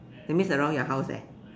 that means around your house eh